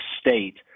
state